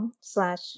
slash